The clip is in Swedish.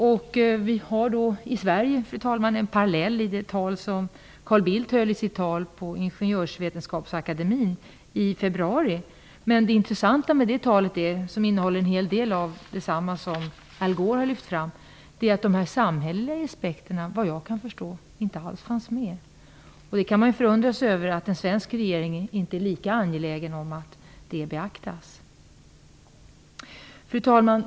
Vi har, fru talman, en parallell i det tal som Carl Bildt höll på Ingenjörsvetenskapsakademien i februari. Det intressanta med det talet, som innehöll en hel del av det som Al Gore har lyft fram, är att de samhälleliga aspekterna såvitt jag kan förstå inte alls fanns med. Man kan förundra sig över att en svensk regering inte är lika angelägen om att de skall beaktas. Fru talman!